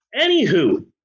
Anywho